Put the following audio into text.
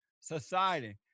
society